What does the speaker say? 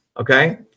Okay